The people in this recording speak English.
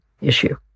issue